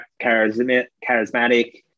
charismatic